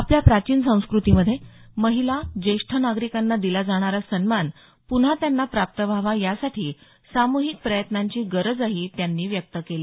आपल्या प्राचिन संस्कृतीमधे महिला ज्येष्ठ नागरिकांना दिला जाणारा सन्मान पुन्हा त्यांना प्राप्त व्हावा यासाठी साम्हिक प्रयत्नांची गरजही त्यांनी व्यक्त केली